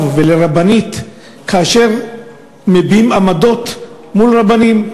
ולרבנית כאשר מביעים עמדות מול רבנים.